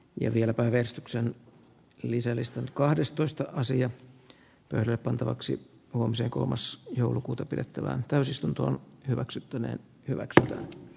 ja vieläpä veistoksen lisälistan kahdestoista sija repantavaksi kun se kolmas joulukuuta pidettävään täysistuntoon hyväksyttäneen hyväksyä